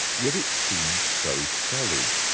yet it seems so solid.